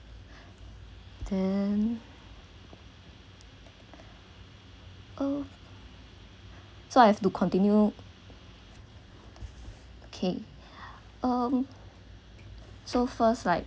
then oh so I have to continue okay um so first like